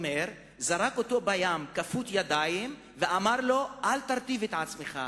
זרק אותו לים כפות ידיים ואמר לו: אל תרטיב את עצמך במים.